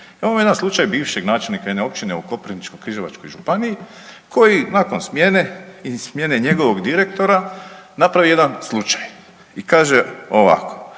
Imamo jedan slučaj bivšeg načelnika jedne općine u Koprivničko-križevačkoj županiji koji nakon smjene i smjene njegovog direktora napravio jedan slučaj i kaže ovako: